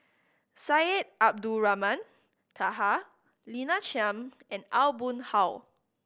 Syed Abdulrahman Taha Lina Chiam and Aw Boon Haw